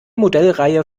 modellreihe